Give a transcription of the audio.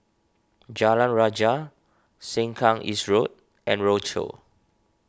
Jalan Rajah Sengkang East Road and Rochor